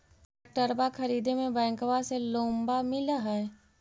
ट्रैक्टरबा खरीदे मे बैंकबा से लोंबा मिल है?